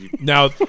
Now